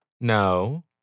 No